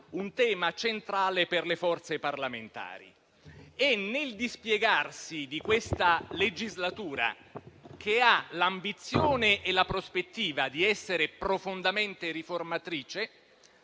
un tema centrale per le forze parlamentari. Nel dispiegarsi di questa legislatura, che ha l'ambizione e la prospettiva di essere profondamente riformatrice,